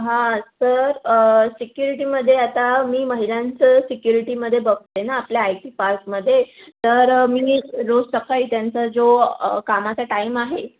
हां तर सिक्युरिटीमध्ये आता मी महिलांचं सिक्युरिटीमध्ये बघते ना आपल्या आय टी पार्कमध्ये तर मी रोज सकाळी त्यांचा जो कामाचा टाइम आहे